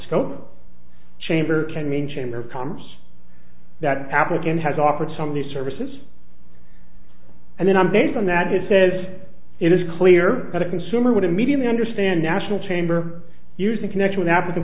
scotto chamber can mean chamber of commerce that applicant has offered some of these services and then on based on that it says it is clear that a consumer would immediately understand national chamber using connection with african